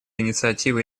инициативы